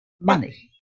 money